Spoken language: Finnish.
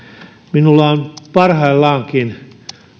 minulla on parhaillaankin